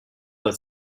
that